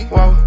Whoa